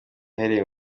aherekeje